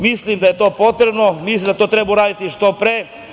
Mislim da je to potrebno, mislim da treba uraditi što pre.